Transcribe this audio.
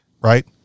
Right